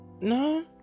No